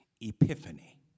epiphany